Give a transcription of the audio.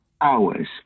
hours